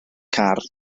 car